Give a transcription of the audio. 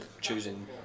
choosing